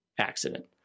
accident